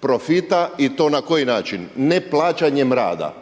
profita i to na koji način? Neplaćanjem rada.